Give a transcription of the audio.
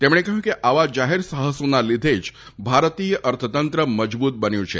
તેમણે કહ્યું કે આવા જાહેર સાહસોના લીધે જ ભારતીય અર્થતંત્ર મજબૂત બન્યું છે